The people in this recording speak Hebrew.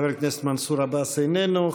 חבר הכנסת מנסור עבאס, איננו.